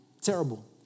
terrible